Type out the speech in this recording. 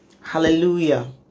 Hallelujah